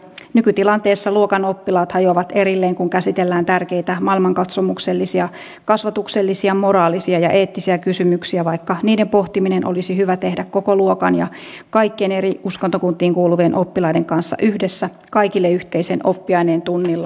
nykytilanteessa luokan oppilaat hajoavat erilleen kun käsitellään tärkeitä maailmankatsomuksellisia kasvatuksellisia moraalisia ja eettisiä kysymyksiä vaikka niiden pohtiminen olisi hyvä tehdä koko luokan ja kaikkien eri uskontokuntiin kuuluvien oppilaiden kanssa yhdessä kaikille yhteisen oppiaineen tunnilla